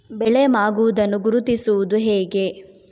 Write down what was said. ಬೆಳೆ ಮಾಗುವುದನ್ನು ಗುರುತಿಸುವುದು ಹೇಗೆ?